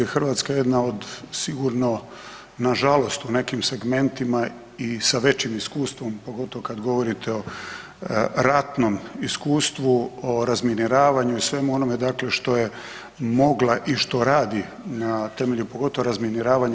Hrvatska je jedna od sigurno na žalost u nekim segmentima i sa većim iskustvom pogotovo kad govorite o ratnom iskustvu o razminiravanju i svemu onome, dakle što je mogla i što radi na temelju pogotovo razminiravanje.